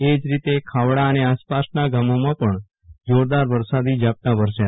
એજ રીતે ખાવડા અને આસપાસનાં ગામીમાં પણ જોરદાર વરસાદી ઝાપટા વરસ્યા